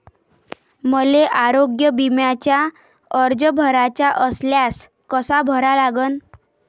मले आरोग्य बिम्याचा अर्ज भराचा असल्यास कसा भरा लागन?